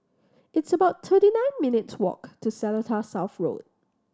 it's about thirty nine minutes' walk to Seletar South Road